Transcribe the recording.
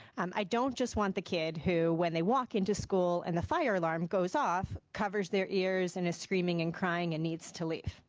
i don't just want the kid who when they walk into school and the fire alarm goes off covers their ears and is screaming and crying and needs to leave.